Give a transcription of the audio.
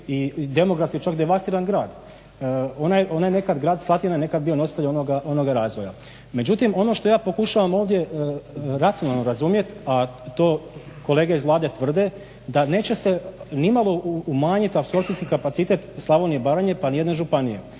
i demografski čak devastiran grad. Grad Slatina je nekad bio nositelj onoga razvoja. Međutim ono što ja pokušavam ovdje racionalno razumjet, a to kolege iz Vlade tvrde da neće se nimalo umanjit apsorpcijski kapacitet Slavonije ni Baranje pa ni jedne županije.